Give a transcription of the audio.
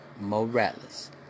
Morales